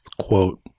quote